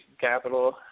capital